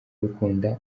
bikunda